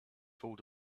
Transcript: told